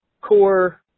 core